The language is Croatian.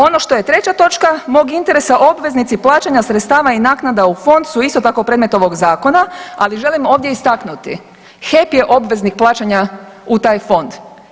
Ono što je treća točka mog interesa obveznici plaćanja sredstava i naknada u fond su isto tako predmet ovog zakona, ali želim ovdje istaknuti HEP je obveznik plaćanja u taj fond.